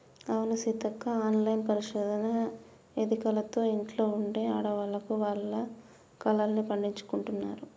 అవును సీతక్క ఆన్లైన్ పరిశోధన ఎదికలతో ఇంట్లో ఉండే ఆడవాళ్లు వాళ్ల కలల్ని పండించుకుంటున్నారు